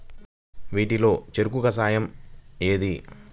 వీటిలో చెరకు కషాయం ఏది?